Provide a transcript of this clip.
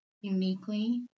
uniquely